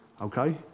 okay